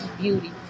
beauty